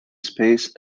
space